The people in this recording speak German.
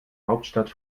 hauptstadt